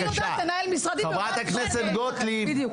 אני יודעת לנהל משרד --- חה"כ גוטליב, בבקשה.